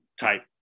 type